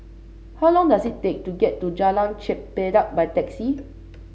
how long does it take to get to Jalan Chempedak by taxi